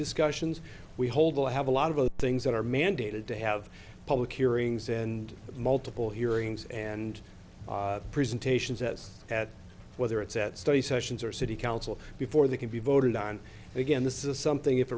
discussions we hold will have a lot of other things that are mandated to have public hearings and multiple hearings and presentations as at whether it's at study sessions or city council before they can be voted on again this is something if